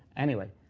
anyway,